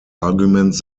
arguments